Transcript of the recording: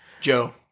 Joe